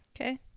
Okay